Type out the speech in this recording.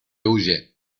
huye